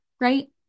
right